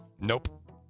Nope